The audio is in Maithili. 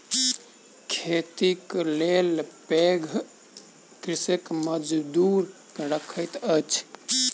खेतीक लेल पैघ कृषक मजदूर रखैत अछि